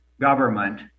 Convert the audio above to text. government